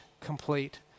complete